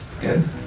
Good